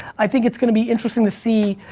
i think it's gonna be interesting to see,